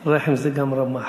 "רחם" זה גם רמ"ח.